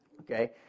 Okay